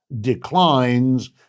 declines